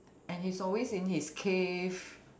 and he is always in his cave